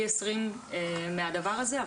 פי 20 מהדבר הזה,